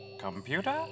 Computer